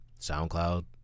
SoundCloud